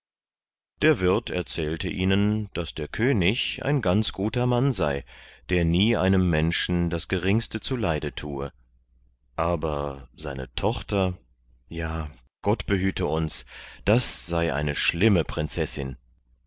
der wirt erzählte ihnen daß der könig ein ganz guter mann sei der nie einem menschen das geringste zu leide thue aber seine tochter ja gott behüte uns das sei eine schlimme prinzessin